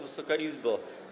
Wysoka Izbo!